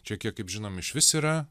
čekija kaip žinom išvis yra